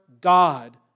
God